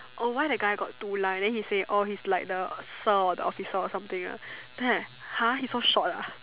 oh why the guy got two line then he say orh he's like the sir or the officer or something then I like !huh! he so short ah